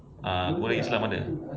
ah korea islam ada